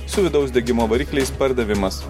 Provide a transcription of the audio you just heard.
su vidaus degimo varikliais pardavimas